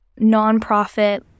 nonprofit